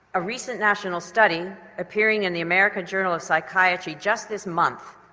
a recent national study appearing in the american journal of psychiatry just this month,